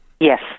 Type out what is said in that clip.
Yes